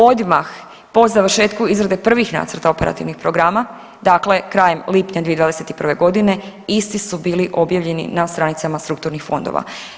Odmah po završetku izrade prvih nacrta operativnih programa, dakle krajem lipnja 2021.g. isti su bili objavljeni na stranicama strukturnih fondova.